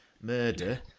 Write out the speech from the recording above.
murder